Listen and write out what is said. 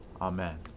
Amen